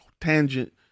tangent